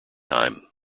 time